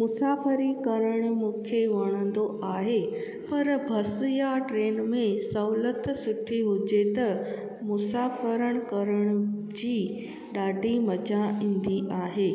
मुसाफ़िरी करणु मूंखे वणंदो आहे पर बस या ट्रेन में सहुलियत सुठी हुजे त मुसाफ़िरी करण जी ॾाढी मज़ा ईंदी आहे